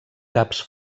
caps